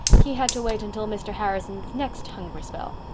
he had to wait until mr. harrison's next hungry spell.